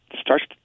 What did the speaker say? starts